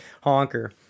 honker